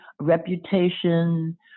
reputation